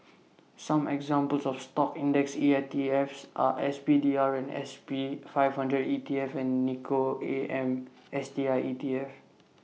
some examples of stock index EITFs are S P D R and S P five hundred E T F and Nikko A M S T I E T F